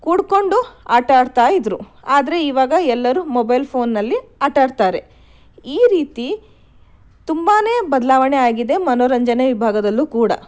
ಕೂಡಿಕೊಂಡು ಆಟಾಡ್ತಾ ಇದ್ದರು ಆದರೆ ಈವಾಗ ಎಲ್ಲರೂ ಮೊಬೈಲ್ ಫೋನ್ನಲ್ಲಿ ಆಟಾಡ್ತಾರೆ ಈ ರೀತಿ ತುಂಬಾನೇ ಬದಲಾವಣೆ ಆಗಿದೆ ಮನೋರಂಜನೆ ವಿಭಾಗದಲ್ಲೂ ಕೂಡ